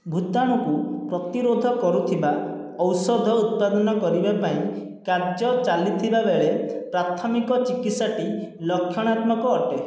ଭୂତାଣୁକୁ ପ୍ରତିରୋଧ କରୁଥିବା ଔଷଧ ଉତ୍ପାଦନ କରିବା ପାଇଁ କାର୍ଯ୍ୟ ଚାଲିଥିବାବେଳେ ପ୍ରାଥମିକ ଚିକିତ୍ସାଟି ଲକ୍ଷଣାତ୍ମକ ଅଟେ